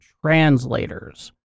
translators